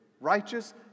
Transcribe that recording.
righteous